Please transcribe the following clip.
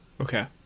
Okay